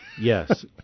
Yes